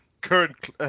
current